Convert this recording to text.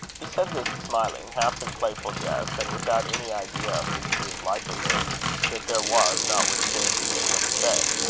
he said this smiling, half in playful jest, and without any idea of the degree of likelihood that there was notwithstanding in what he said.